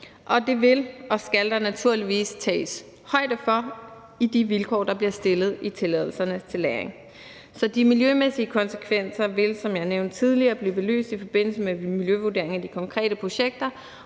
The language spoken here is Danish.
det vil og skal der naturligvis tages højde for i de krav, der bliver stillet til tilladelserne til lagring. Så de miljømæssige konsekvenser vil, som jeg nævnte tidligere, blive belyst i forbindelse med miljøvurderingen af de konkrete projekter,